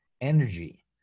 energy